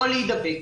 לא להידבק.